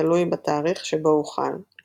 תלוי בתאריך שבו הוא חל.